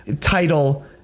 title